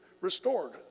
restored